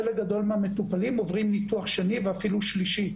חלק גדול מהמטופלים עוברים ניתוח שני ואפילו שלישי,